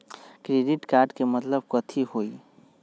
Credit card के मतलब कथी होई?